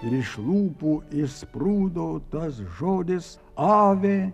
ir iš lūpų išsprūdo tas žodis ave